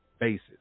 basis